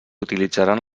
utilitzaran